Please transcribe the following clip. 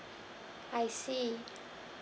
I see